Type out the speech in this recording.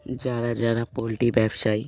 যারা যারা পোলট্রি ব্যবসায়ী